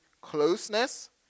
closeness